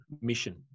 Mission